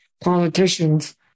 politicians